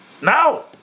Now